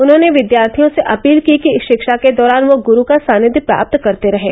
उन्होंने विद्यार्थियों से अपील की कि शिक्षा के दौरान वह गुरू का सानिध्य प्राप्त करते रहें